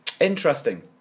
Interesting